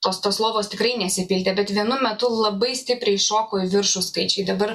tos tos lovos tikrai nesipildė bet vienu metu labai stipriai šoko į viršų skaičiai dabar